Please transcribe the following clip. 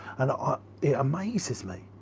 and ah it amazes me,